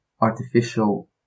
artificial